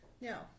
Now